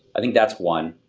i think that's one.